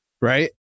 right